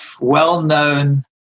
well-known